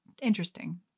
interesting